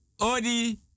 odi